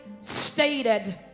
stated